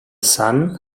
sun